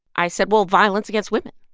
i said, well, violence against women.